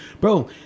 Bro